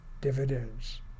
dividends